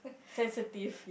sensitive